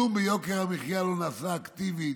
כלום ביוקר המחיה לא נעשה אקטיבית,